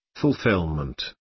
fulfillment